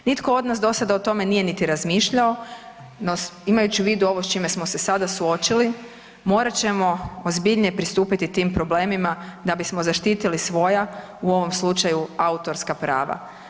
Nitko od nas do sada o tome nije niti razmišljao, no imajući u vidu ovo s čime smo se sada suočili, morat ćemo ozbiljnije pristupiti tim problemima, da bismo zaštitili svoja, u ovom slučaju, autorska prava.